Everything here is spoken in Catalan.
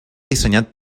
dissenyat